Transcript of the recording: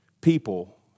people